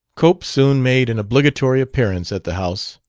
cope soon made an obligatory appearance at the house.